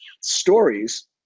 stories